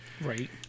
Right